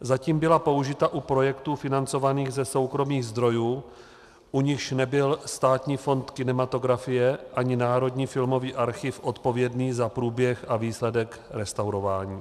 Zatím byla použita u projektů financovaných ze soukromých zdrojů, u nichž nebyl Státní fond kinematografie ani Národní filmový archiv odpovědný za průběh a výsledek restaurování.